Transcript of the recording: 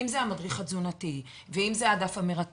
אם זה המדריך התזונתי ואם זה הדף המרכז,